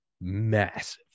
massive